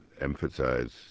emphasize